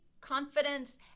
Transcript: confidence